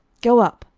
go up,